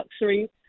luxury